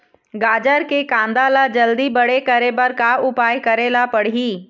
गाजर के कांदा ला जल्दी बड़े करे बर का उपाय करेला पढ़िही?